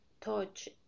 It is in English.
touch